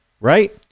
Right